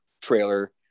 trailer